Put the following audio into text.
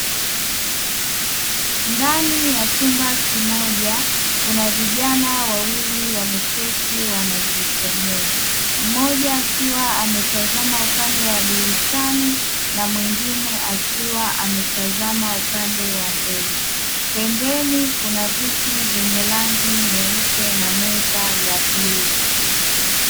Ndani ya chumba kimoja kuna vijana wawili wameketi wanajisomea. Mmoja akiwa ametazama upande wa dirishani na mwingine akiwa ametazama upande wa mbele. Pembeni kuna viti vyenye rangi nyeupe na meza ya bluu.